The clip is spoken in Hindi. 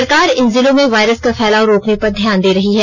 सरकार इन जिलों में वायरस का फैलाव रोकने पर ध्यान दे रही है